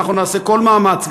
אנחנו נעשה כל מאמץ,